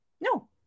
no